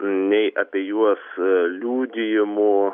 nei apie juos liudijimų